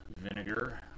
vinegar